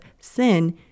sin